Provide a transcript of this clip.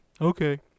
Okay